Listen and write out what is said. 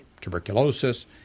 tuberculosis